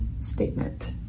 statement